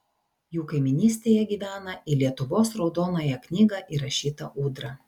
jų kaimynystėje gyvena į lietuvos raudonąją knygą įrašyta ūdra